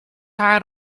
haar